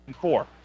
four